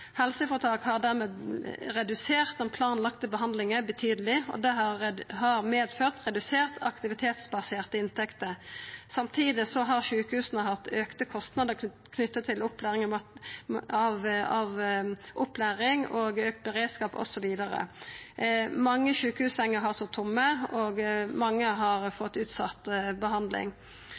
Helseføretak har dermed redusert den planlagde behandlinga betydeleg. Det har ført til reduserte aktivitetsbaserte inntekter. Samtidig har sjukehusa hatt auka kostnader knytte til opplæring, auka beredskap, osv. Mange sjukehussenger har stått tomme, og mange har fått utsett behandling.